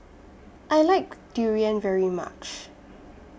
I like Durian very much